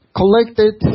collected